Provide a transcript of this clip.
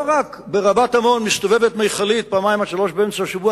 לא רק ברבת-עמון מסתובבת מכלית פעמיים-שלוש באמצע השבוע